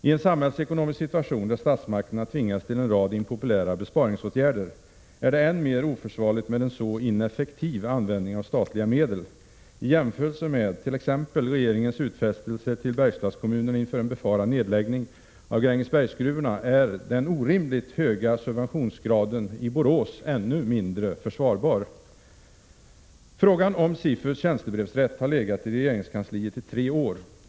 I en samhällsekonomisk situation där statsmakterna tvingas till en rad impopulära besparingsåtgärder, är det än mer oförsvarligt med en så ineffektiv användning av statliga medel. I jämförelse med t.ex. regeringens utfästelser till Bergslagskommunerna inför en befarad nedläggning av Grängesbergsgruvorna är den orimligt höga subventionsgraden i Borås ännu mindre försvarbar. Frågan om SIFU:s tjänstebrevsrätt har legat i regeringskansliet i tre år.